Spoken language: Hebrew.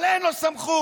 אבל אין לו סמכות,